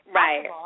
right